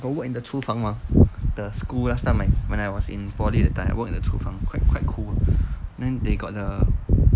got work in the 厨房 mah the school last something when when I was in poly that time I work at the 厨房 quite quite cool then they got the